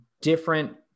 different